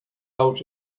out